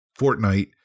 Fortnite